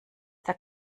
der